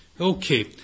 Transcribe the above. Okay